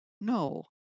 No